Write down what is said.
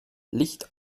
licht